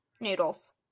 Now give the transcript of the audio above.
noodles